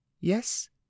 yes